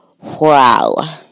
wow